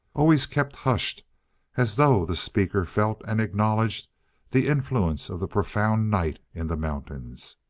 always kept hushed as though the speaker felt and acknowledged the influence of the profound night in the mountains.